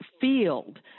field